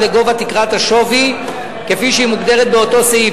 לגובה תקרת השווי כפי שהיא מוגדרת באותו סעיף.